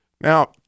Now